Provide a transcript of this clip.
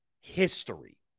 history